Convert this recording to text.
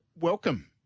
welcome